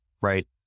right